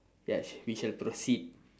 yes we shall proceed